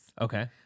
Okay